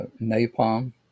napalm